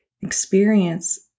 experience